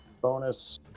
Bonus